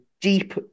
deep